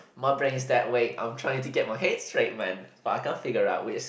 my brain's dead wait I'm trying to get my head straight man but I can't figure out which